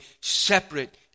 separate